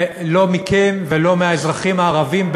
לא מכם ולא מהאזרחים הערבים,